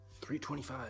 325